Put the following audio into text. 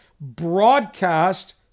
broadcast